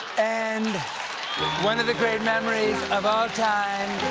and one of the great memories and of all time.